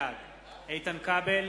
בעד איתן כבל,